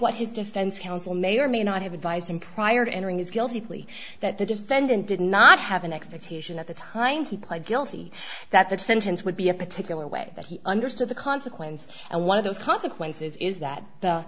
what his defense counsel may or may not have advised him prior to entering his guilty plea that the defendant did not have an expectation at the time he pled guilty that the sentence would be a particular way that he understood the consequences and one of those consequences is that the